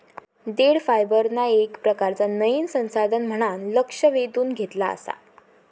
देठ फायबरना येक प्रकारचा नयीन संसाधन म्हणान लक्ष वेधून घेतला आसा